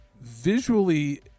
Visually